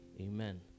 amen